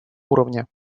уровне